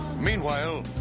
Meanwhile